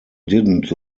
didn’t